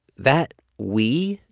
that we,